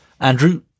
Andrew